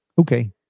Okay